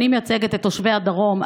אני מייצגת את תושבי הדרום,